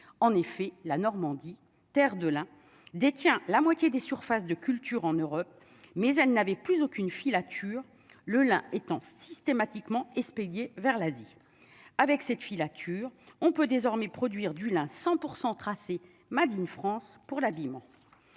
en effet la Normandie Terre de Lin détient la moitié des surfaces de culture en Europe mais elle n'avait plus aucune filature le, l'un étant systématiquement expédiés vers l'Asie avec cette filature, on peut désormais produire du lin, 100 pour 100 tracé Made in France pour l'habillement